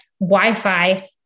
Wi-Fi